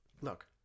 look